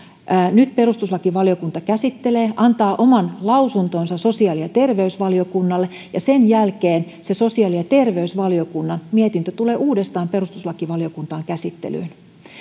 nyt perustuslakivaliokunta käsittelee asian antaa oman lausuntonsa sosiaali ja terveysvaliokunnalle ja sen jälkeen se sosiaali ja terveysvaliokunnan mietintö tulee uudestaan perustuslakivaliokuntaan käsittelyyn